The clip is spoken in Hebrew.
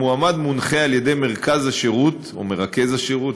המועמד מונחה על-ידי מֶרְכָּז השירות או מְרַכֵּז השירות,